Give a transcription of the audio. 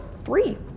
three